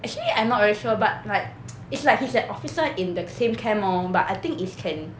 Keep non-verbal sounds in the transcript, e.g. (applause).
actually I not very sure but like (noise) it's like he's an officer in the same camp lor but I think is can